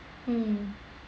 mm